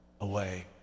away